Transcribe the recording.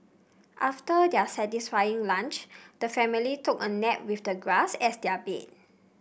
after their satisfying lunch the family took a nap with the grass as their bed